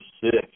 six